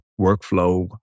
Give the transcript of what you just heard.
workflow